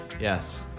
Yes